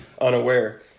unaware